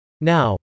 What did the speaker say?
Now